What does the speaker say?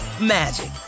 magic